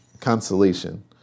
consolation